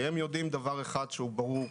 הם יודעים דבר אחד ברור,